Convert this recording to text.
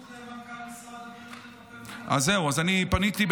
משרד הבריאות יטפל, אז זהו, אז אני פניתי.